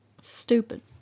Stupid